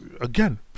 again